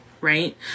right